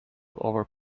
over